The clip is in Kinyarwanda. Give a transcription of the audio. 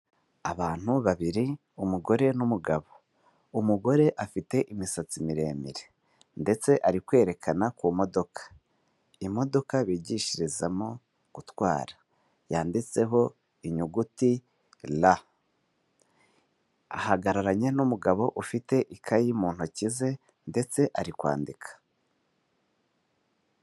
Abantu babiri umugore n'umugabo, umugore afite imisatsi miremire ndetse ari kwerekana ku modoka, imodoka bigishirizamo gutwara yanditseho inyuguti ra, ahagararanye n'umugabo ufite ikayi mu ntoki ze ndetse ari kwandika.